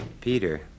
Peter